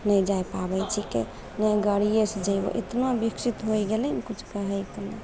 नहि जाइ पाबय छीकै ने गाड़ियेसँ जेबय इतना विकसित होइ गेलय ने किछु कहयके नहि